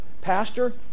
Pastor